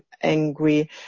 angry